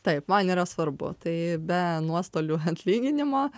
taip man yra svarbu tai be nuostolių atlyginimo